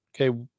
Okay